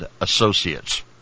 Associates